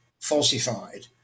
falsified